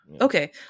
Okay